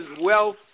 wealth